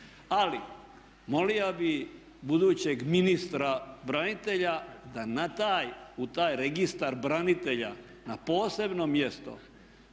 Ali molio bi budućeg ministra branitelja da u taj registar branitelja na posebno mjesto